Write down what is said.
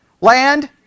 Land